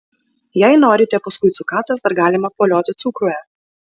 jei norite paskui cukatas dar galima apvolioti cukruje